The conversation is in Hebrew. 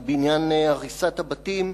אבל בעניין הריסת הבתים,